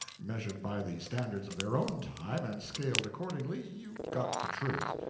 measured by the standards of their own time, and scaled accordingly, you got the truth.